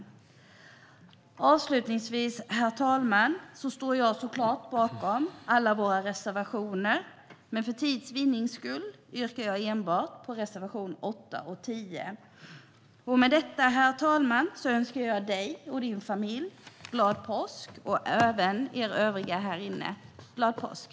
Herr talman! Avslutningsvis står jag såklart bakom alla våra reservationer, men för tids vinnande yrkar jag bifall enbart till reservationerna 8 och 10. Med detta, herr talman, önskar jag dig och din familj, och även er övriga här, glad påsk.